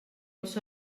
els